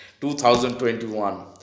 2021